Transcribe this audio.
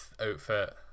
outfit